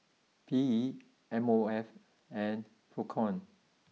P E M O F and Procom